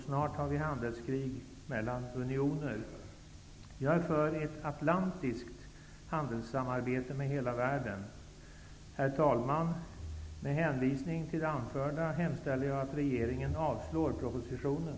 Snart har vi handelskrig mellan unioner. Jag är för ett atlantiskt handelssamarbete med hela världen. Herr talman! Med hänvisning till det anförda hemställer jag att riksdagen avslår propositionen.